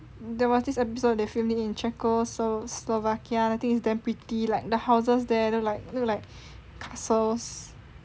there was this episode they filmed it in czechoslo~ slovakia I think is damn pretty like the houses there lah look like look like castles